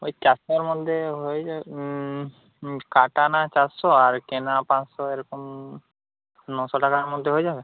ওই চারশোর মধ্যে হয়ে যা কাটা না চারশো আর কেনা পাঁচশো এরকম নশো টাকার মধ্যে হয়ে যাবে